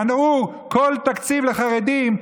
שמנעו כל תקציב לחרדים,